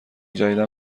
جدیدا